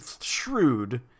shrewd